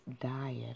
diet